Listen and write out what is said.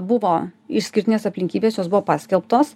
buvo išskirtinės aplinkybės jos buvo paskelbtos